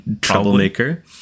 troublemaker